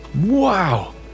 Wow